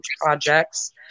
projects